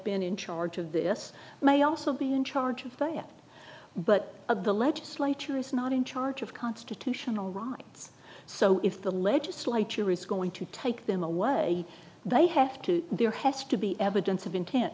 been in charge of this may also be in charge of but the legislature is not in charge of constitutional rights so if the legislature is going to take them away they have to there has to be evidence of intent